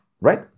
right